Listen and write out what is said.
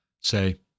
say